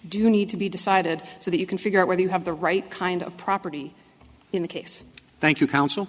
need to be decided so that you can figure out whether you have the right kind of property in the case thank you counsel